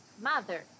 mother